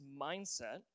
mindset